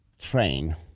train